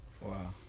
wow